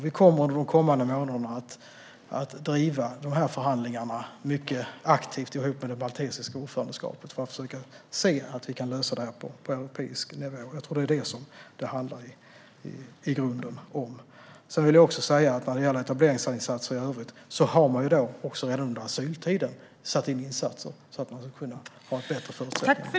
Vi kommer under de kommande månaderna att driva dessa förhandlingar mycket aktivt ihop med det maltesiska ordförandeskapet för att försöka se till att vi kan lösa detta på europeisk nivå. Jag tror i grunden att det är detta det handlar om. När det gäller etableringsinsatser i övrigt vill jag säga att man sätter in insatser redan under asyltiden, så att personerna ska få bättre förutsättningar.